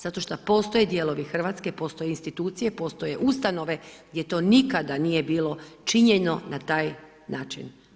Zato što postoje dijelovi Hrvatske, postoje institucije, postoje ustanove gdje to nikada nije bilo činjeno na taj način.